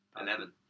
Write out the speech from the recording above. eleven